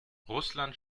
russland